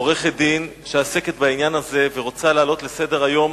עורכת-דין שעוסקת בעניין הזה ורוצה להעלות לסדר-היום